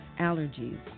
allergies